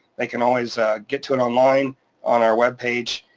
they can always get to it online on our web page,